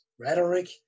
rhetoric